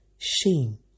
Shame